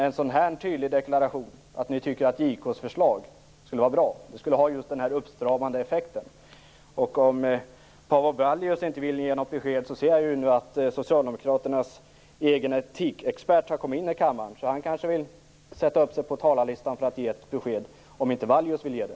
En tydlig deklaration om att ni tycker att JK:s förslag är bra skulle ha en uppstramande effekt. Paavo Vallius vill inte ge något besked, men jag ser nu att Socialdemokraternas egen etikexpert har kommit in i kammaren. Han vill kanske sätta upp sig på talarlistan för att ge ett besked, om inte Paavo Vallius vill göra det.